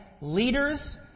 leaders